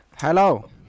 hello